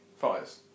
fires